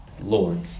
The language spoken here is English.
Lord